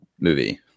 movie